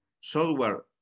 software